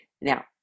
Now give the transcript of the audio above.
Now